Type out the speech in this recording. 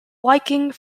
liking